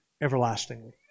everlastingly